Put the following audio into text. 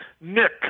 Nick